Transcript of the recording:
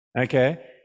okay